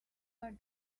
are